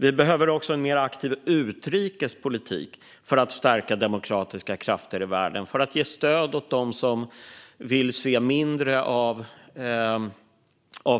Vi behöver också en mer aktiv utrikespolitik för att stärka demokratiska krafter i världen och för att ge stöd åt dem som vill se mindre av